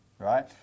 right